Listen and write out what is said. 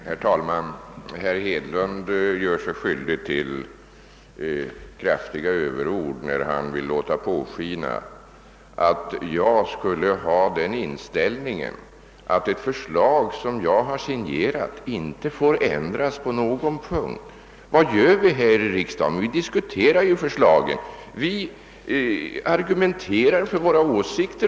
Herr talman! Herr Hedlund gör sig skyldig till kraftiga överord när han vill låta påskina att jag skulle ha den inställningen att ett förslag som jag har signerat inte får ändras på någon punkt. Vad gör vi här i riksdagen? Jo, vi diskuterar förslagen, vi argumenterar för våra åsikter.